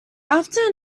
after